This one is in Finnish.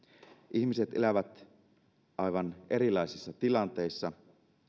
ihmiset elävät aivan erilaisissa tilanteissa